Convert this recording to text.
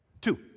Two